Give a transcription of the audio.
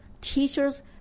teachers